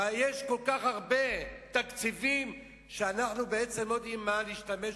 ויש כל כך הרבה תקציבים שאנחנו בעצם לא יודעים במה להשתמש,